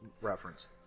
reference